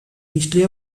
history